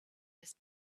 his